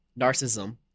narcissism